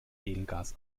edelgas